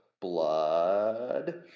blood